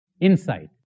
insight